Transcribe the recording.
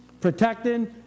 protecting